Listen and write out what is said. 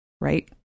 right